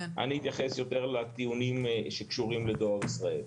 אני אתייחס יותר לטיעונים שקשורים לדואר ישראל.